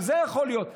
גם זה יכול להיות.